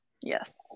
yes